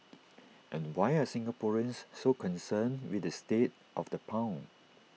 and why are Singaporeans so concerned with the state of the pound